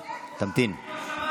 תמתין.